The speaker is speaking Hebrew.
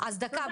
תודה.